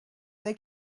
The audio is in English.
they